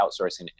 outsourcing